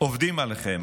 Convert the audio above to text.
עובדים עליכם.